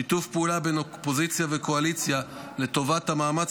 שיתוף פעולה בין אופוזיציה לקואליציה לטובת המאמץ